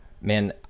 Man